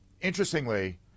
interestingly